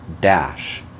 dash